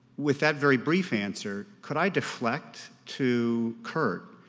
with that very brief answer, could i deflect to kirt?